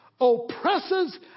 oppresses